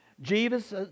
Jesus